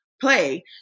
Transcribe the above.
Play